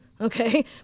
okay